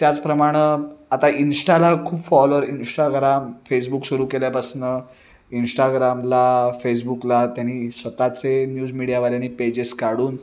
त्याचप्रमाणं आता इंस्टाला खूप फॉलोअर इंस्टाग्राम फेसबुक सुरू केल्यापासून इंस्टाग्रामला फेसबुकला त्यानी स्वतःचे न्यूज मीडियावाल्यानी पेजेस काढून